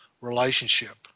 relationship